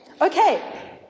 Okay